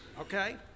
Okay